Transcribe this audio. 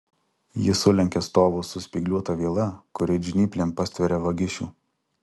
ji sulenkia stovus su spygliuota viela kuri it žnyplėm pastveria vagišių